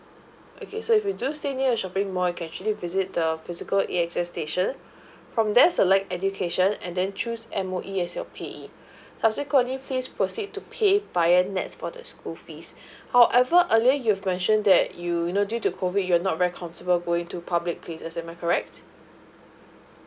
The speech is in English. okay so if you do stay near a shopping mall you can actually visit the physical A_X_S station from there select education and then choose M_O_E as your payee subsequently please proceed to pay via netts for the school fees however earlier you've mentioned that you you know due to COVID you're not very comfortable going to public places am I correct